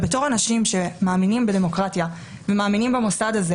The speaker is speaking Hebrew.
ובתור אנשים שמאמינים בדמוקרטיה ומאמינים במוסד הזה,